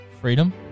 Freedom